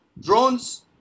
drones